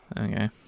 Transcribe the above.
Okay